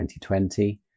2020